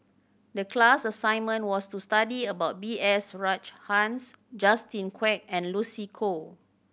the class assignment was to study about B S Rajhans Justin Quek and Lucy Koh